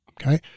okay